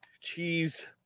cheese